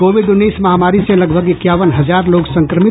Covid उन्नीस महामारी से लगभग इक्यावन हजार लोग संक्रमित